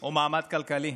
או מעמד כלכלי.